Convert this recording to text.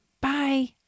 Bye